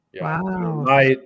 Wow